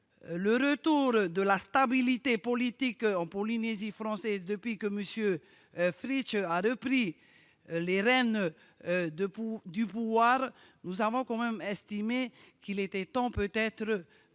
le retour de la stabilité politique en Polynésie française, depuis que M. Fritch a pris les rênes du pouvoir, nous avons estimé qu'il était peut-être